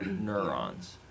neurons